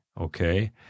Okay